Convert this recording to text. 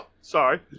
sorry